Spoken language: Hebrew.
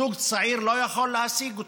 זוג צעיר לא יכול להשיג אותו.